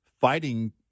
fighting